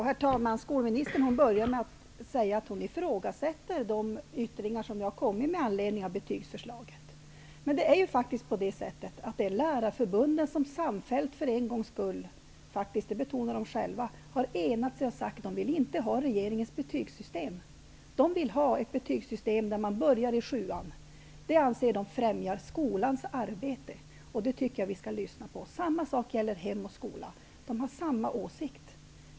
Herr talman! Skolministern börjar med att säga att hon ifrågasätter de yttringar som jag kom med i anledning av betygsförslaget. Lärarförbundet har faktiskt för en gångs skull samfällt -- det betonar man -- enat sig och sagt att man inte vill ha regeringens betygssystem. Man vill ha ett betygssystem där betyg ges från årskurs 7. Det anser man främjar skolans arbete. Det tycker jag att vi skall beakta. Hem och skola har samma åsikt.